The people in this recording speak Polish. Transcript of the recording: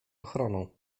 ochroną